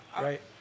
right